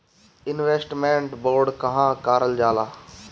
Investment bond काहे कारल जाला?